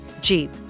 Jeep